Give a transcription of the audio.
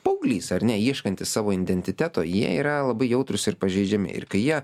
paauglys ar ne ieškanti savo identiteto jie yra labai jautrūs ir pažeidžiami ir kai jie